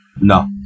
No